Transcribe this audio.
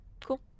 cool